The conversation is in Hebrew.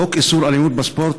חוק איסור אלימות בספורט,